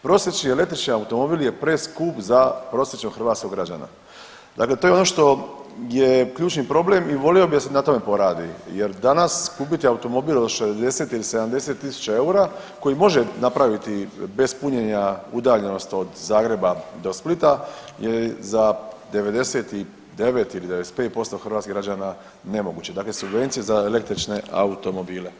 Prosječni električni automobil je preskup za prosječnog hrvatskog građana, dakle to je ono što je ključni problem i volio bi da se na tome poradi jer danas kupiti automobil od 60 ili 70 tisuća eura koji može napraviti bez punjenja udaljenost od Zagreba do Splita je za 99 ili 95% hrvatskih građana nemoguće, dakle subvencije za električne automobile.